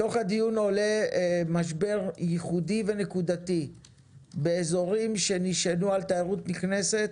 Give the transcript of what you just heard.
מתוך הדיון עולה משבר ייחודי ונקודתי באזורים שנשענו על תיירות נכנסת,